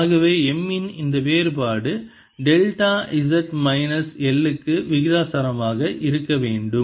ஆகவே M இன் இந்த வேறுபாடு டெல்டா z மைனஸ் L க்கு விகிதாசாரமாக இருக்க வேண்டும்